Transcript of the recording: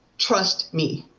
trust me.